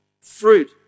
fruit